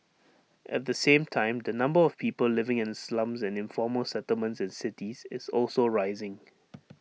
at the same time the number of people living in slums and informal settlements in cities is also rising